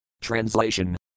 Translation